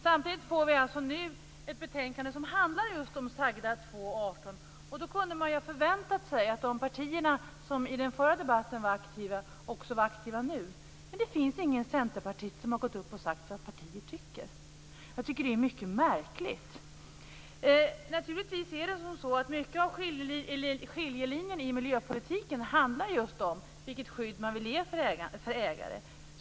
Samtidigt får vi nu ett betänkande som handlar just om 2 kap. 18 §. Man kunde då ha förväntat sig att de partier som var aktiva i den förra debatten skulle vara aktiva också nu. Ingen centerpartist har dock gått upp och sagt vad partiet tycker. Jag tycker att det är mycket märkligt. Mycket av skiljelinjerna i miljöpolitiken handlar just om vilket skydd man vill ge för ägare.